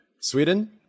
Sweden